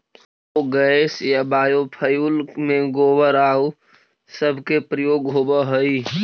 biogas या biofuel में गोबर आउ सब के प्रयोग होवऽ हई